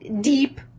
deep